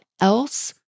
else